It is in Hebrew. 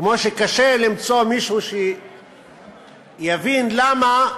כמו שקשה למצוא מישהו שיבין למה